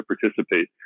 Participate